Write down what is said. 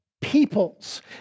peoples